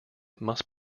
must